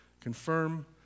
confirm